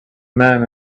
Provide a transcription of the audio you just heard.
men